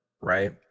right